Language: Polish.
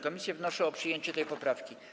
Komisje wnoszą o przyjęcie tej poprawki.